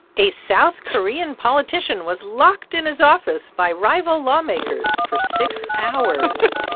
a south korean politician was locked in his office by rival lawmakers for six hours.